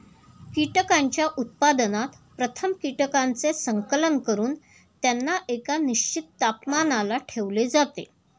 कीटकांच्या उत्पादनात प्रथम कीटकांचे संकलन करून त्यांना एका निश्चित तापमानाला ठेवले जाते